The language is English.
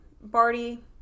Barty